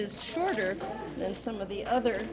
is shorter than some of the other